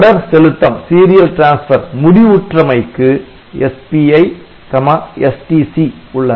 தொடர் செலுத்தம் முடிவுற்றமைக்கு SPI STC உள்ளன